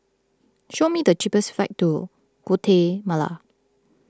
show me the cheapest flights to Guatemala